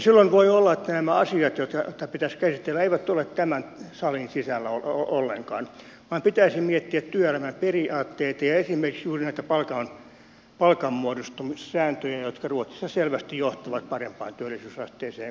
silloin voi olla että nämä asiat joita pitäisi käsitellä eivät tule tämän salin sisälle ollenkaan vaan pitäisi miettiä työelämän periaatteita ja esimerkiksi juuri näitä palkanmuodostumissääntöjä jotka ruotsissa selvästi johtavat parempaan työllisyysasteeseen kuin suomessa